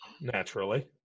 Naturally